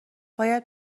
باید